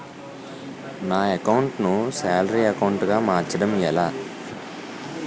నా అకౌంట్ ను salary account గా మార్చటం ఎలా?